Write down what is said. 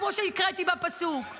כמו שהקראתי בפסוק,